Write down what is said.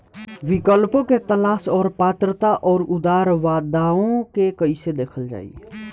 विकल्पों के तलाश और पात्रता और अउरदावों के कइसे देखल जाइ?